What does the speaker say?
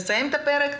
נסיים את קריאת התקנה,